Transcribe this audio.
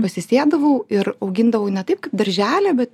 pasistiebdavau ir augindavau ne taip kaip darželį bet